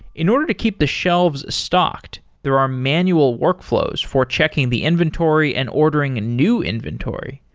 in order to keep the shelves stocked, there are manual workflows for checking the inventory and ordering a new inventory.